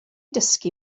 dysgu